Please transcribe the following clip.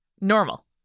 Normal